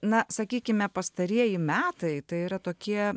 na sakykime pastarieji metai tai yra tokie